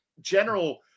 general